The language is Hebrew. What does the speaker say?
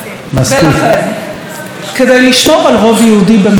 ולכן, כדי לשמור על רוב יהודי במדינה יהודית,